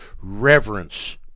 reverence